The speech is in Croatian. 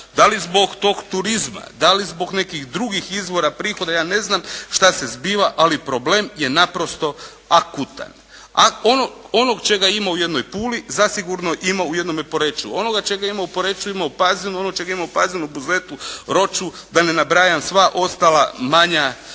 da li zbog tog turizma, da li zbog nekih drugih izvora prihoda ja ne znam šta se zbiva, ali problem je naprosto akutan. A onog čega ima u jednoj Puli, zasigurno ima u jednome Poreču. Onoga čega ima u Poreču, ima u Pazinu. Ono čega ima u Pazinu, Buzetu, Roču da ne nabrajam sva ostala manja